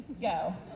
Go